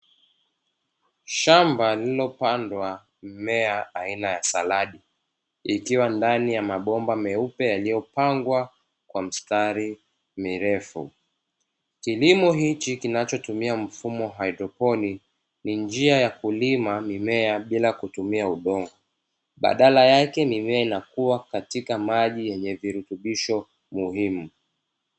Shamba lililopandwa mimea aina ya saladi ikiwa ndani ya mabomba meupe yaliyopangwa kwa mistari mirefu, kilimo hichi kinachotumia mfumo haidroponi ni njia ya kulima mimea bila kutumia udongo, badala yake mimea inakua katika maji yenye virutubisho muhimu.